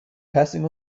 passing